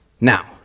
Now